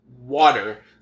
water